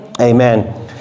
amen